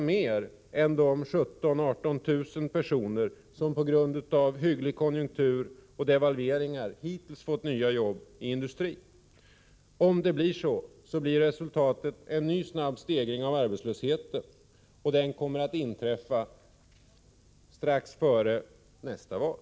Fler än de 17 000-18 000 personer som tack vare hygglig konjunktur och devalveringar hittills fått nya jobb i industrin skulle då drabbas. Resultatet skulle bli en ny, snabb stegring av arbetslösheten, vilken kommer att inträffa strax före nästa val.